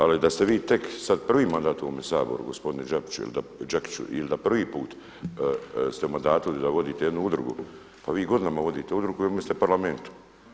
Ali da ste vi tek sad prvi mandat u ovom Saboru gospodine Đakiću ili da prvi put ste u mandatu i da vodite jednu udrugu, pa vi godinama vodite udrugu i u ovom ste Parlamentu.